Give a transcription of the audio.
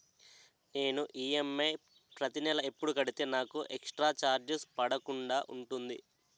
నేను ఈ.ఎమ్.ఐ ప్రతి నెల ఎపుడు కడితే నాకు ఎక్స్ స్త్ర చార్జెస్ పడకుండా ఉంటుంది?